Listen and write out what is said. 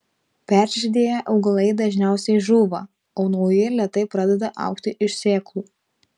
peržydėję augalai dažniausiai žūva o nauji lėtai pradeda augti iš sėklų